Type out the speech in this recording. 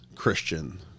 Christian